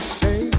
say